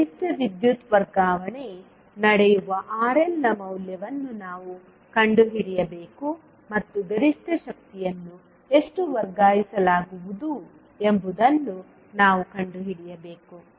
ಗರಿಷ್ಠ ವಿದ್ಯುತ್ ವರ್ಗಾವಣೆ ನಡೆಯುವ RL ನ ಮೌಲ್ಯವನ್ನು ನಾವು ಕಂಡುಹಿಡಿಯಬೇಕು ಮತ್ತು ಗರಿಷ್ಠ ಶಕ್ತಿಯನ್ನು ಎಷ್ಟು ವರ್ಗಾಯಿಸಲಾಗುವುದು ಎಂಬುದನ್ನು ನಾವು ಕಂಡುಹಿಡಿಯಬೇಕು